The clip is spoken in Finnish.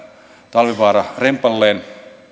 talvivaara rempalleen